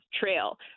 trail